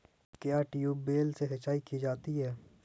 क्या ट्यूबवेल से सिंचाई की जाती है?